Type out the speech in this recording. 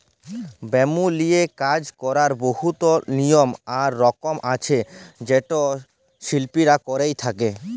bamboo লিয়ে কাজ ক্যরার বহুত লিয়ম আর রকম আছে যেট শিল্পীরা ক্যরে থ্যকে